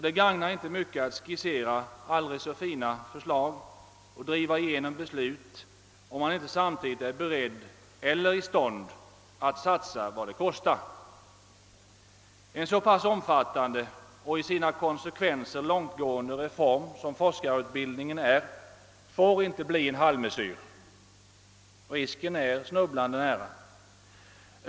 Det tjänar inte mycket till att skissera aldrig så fina förslag och driva igenom beslut om man inte samtidigt är beredd eller i stånd att satsa vad det kostar. En så pass omfattande och till sina konsekvenser långtgående reform som forskarutbildningen är får inte bli en halvmesyr. Risken ligger snubblande nära.